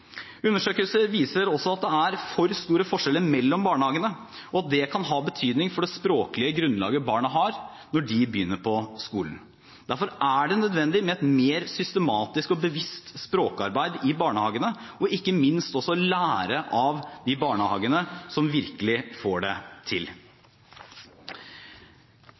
Undersøkelser viser også at det er for store forskjeller mellom barnehagene, og det kan ha betydning for det språklige grunnlaget barna har når de begynner på skolen. Derfor er det nødvendig med et mer systematisk og bevisst språkarbeid i barnehagene, og ikke minst at man lærer av de barnehagene som virkelig får det til.